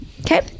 Okay